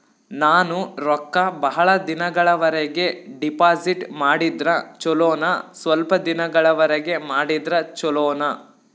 ನಾನು ರೊಕ್ಕ ಬಹಳ ದಿನಗಳವರೆಗೆ ಡಿಪಾಜಿಟ್ ಮಾಡಿದ್ರ ಚೊಲೋನ ಸ್ವಲ್ಪ ದಿನಗಳವರೆಗೆ ಮಾಡಿದ್ರಾ ಚೊಲೋನ?